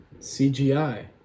CGI